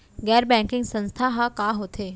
गैर बैंकिंग संस्था ह का होथे?